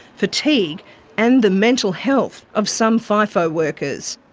fatigue and the mental health of some fifo workers.